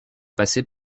passer